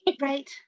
Right